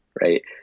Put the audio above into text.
right